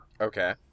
okay